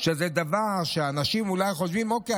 שזה דבר שאנשים אולי חושבים: אוקיי,